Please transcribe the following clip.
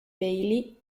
bailey